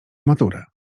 maturę